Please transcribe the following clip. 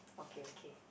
okay okay